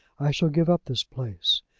i shall give up this place.